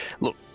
Look